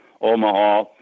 Omaha